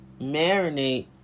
marinate